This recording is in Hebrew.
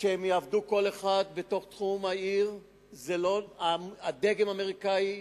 שיעבדו כל אחת בתוך תחום העיר, הדגם האמריקני,